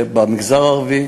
זה במגזר הערבי,